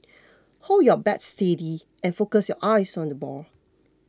hold your bat steady and focus your eyes on the ball